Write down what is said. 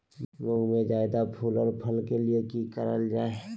मुंग में जायदा फूल और फल के लिए की करल जाय?